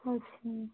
ਅੱਛਾ ਜੀ